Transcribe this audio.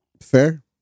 Fair